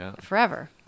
forever